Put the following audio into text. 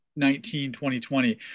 2020